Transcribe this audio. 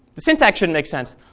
the syntax should make sense,